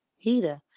heater